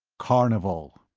carnival!